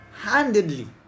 handedly